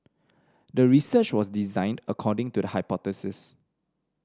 the research was designed according to the hypothesis